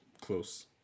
Close